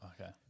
Okay